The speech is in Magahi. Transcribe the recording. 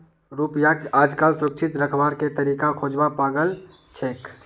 रुपयाक आजकल सुरक्षित रखवार के तरीका खोजवा लागल छेक